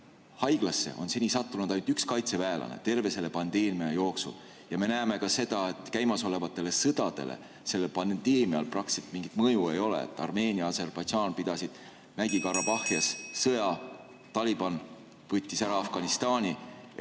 haiglasse on seni sattunud ainult üks kaitseväelane terve selle pandeemia jooksul ja me näeme ka seda, et käimasolevatele sõdadele sellel pandeemial praktiliselt mingit mõju ei ole – Armeenia ja Aserbaidžaan pidasid Mägi-Karabahhis sõja, Taliban võttis ära Afganistani